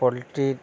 পোলট্রির